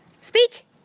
speak